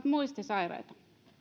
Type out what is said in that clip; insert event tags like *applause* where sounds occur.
*unintelligible* muistisairaita